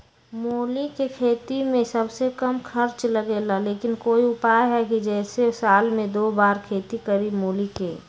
मूली के खेती में सबसे कम खर्च लगेला लेकिन कोई उपाय है कि जेसे साल में दो बार खेती करी मूली के?